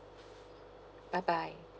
bye bye